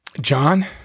John